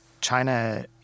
China